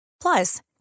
Plus